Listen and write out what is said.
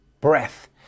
breath